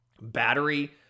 battery